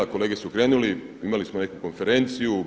Kolege su krenuli, imali smo nekakvu konferenciju.